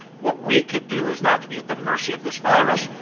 what we can do is not to be at the mercy of this virus,